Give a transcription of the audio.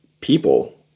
people